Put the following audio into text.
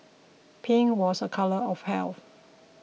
pink was a colour of health